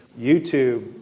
YouTube